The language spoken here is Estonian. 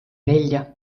nelja